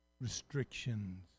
restrictions